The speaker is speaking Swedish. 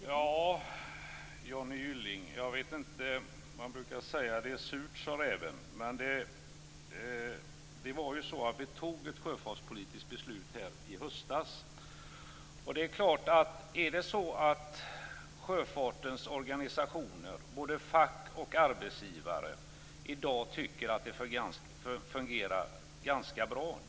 Fru talman! Johnny Gylling! Man brukar säga: Det är surt, sade räven. Vi fattade ju ett sjöfartspolitiskt beslut i höstas. Sjöfartens organisationer, både fack och arbetsgivare, tycker att det fungerar ganska bra i dag.